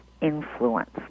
influence